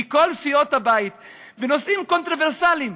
מכל סיעות הבית בנושאים קונטרוברסליים.